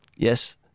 Yes